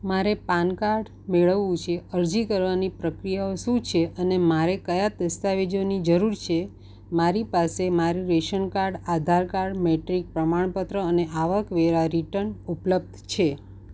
મારે PAN card મેળવવું છે અરજી કરવાની પ્રક્રિયાઓ શું છે અને મારે કયા દસ્તાવેજોની જરૂર છે મારી પાસે મારું રેશનકાર્ડ આધાર કાર્ડ મેટ્રિક પ્રમાણપત્ર અને આવકવેરા રિટર્ન ઉપલબ્ધ છે